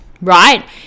right